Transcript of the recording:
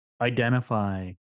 identify